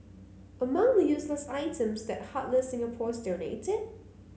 among the useless items that heartless Singaporeans donated